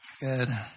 Good